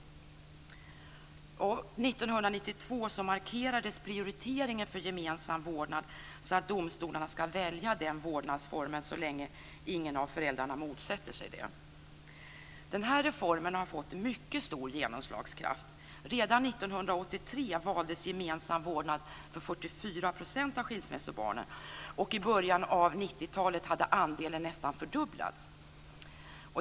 1992 markerades prioriteringen för gemensam vårdnad så att domstolarna ska välja den vårdnadsformen så länge ingen av föräldrarna motsätter sig det. Den här reformen har fått mycket stor genomslagskraft. Redan 1983 valdes gemensam vårdnad för 44 % av skilsmässobarnen, och i början av 90-talet hade andelen nästan fördubblats.